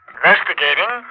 Investigating